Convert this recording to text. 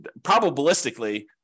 probabilistically